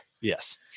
Yes